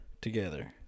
Together